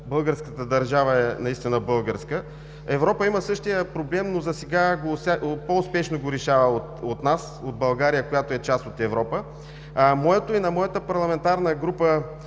българската държава, е наистина българска! Европа има същия проблем, но засега го решава по успешно от нас, от България, която е част от Европа. Моето и на моята парламентарна група